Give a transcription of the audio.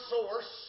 source